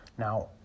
Now